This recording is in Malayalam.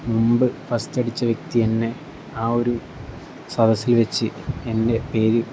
മുമ്പ് ഫസ്റ്റ് അടിച്ച വ്യക്തി എന്നെ ആ ഒരു സദസ്സിൽ വെച്ച് എൻ്റെ പേര്